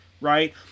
right